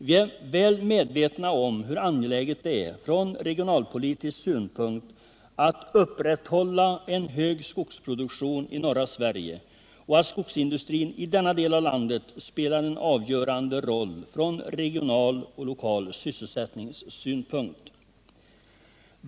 Vi är väl medvetna om hur angeläget det är från regionalpolitisk synpunkt att upprätthålla en hög skogsproduktion i norra Sverige och att skogsindustrin i denna del av landet spelar en avgörande roll från regional och lokal sysselsättningssynpunkt.